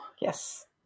Yes